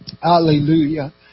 Hallelujah